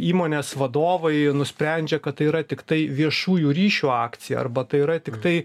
įmonės vadovai nusprendžia kad tai yra tiktai viešųjų ryšių akcija arba tai yra tiktai